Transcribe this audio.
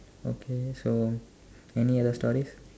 okay so any other stories